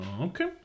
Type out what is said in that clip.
Okay